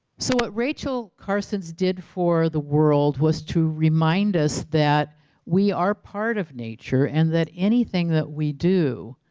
so what rachel carson did for the world was to remind us that we are part of nature and that anything that we do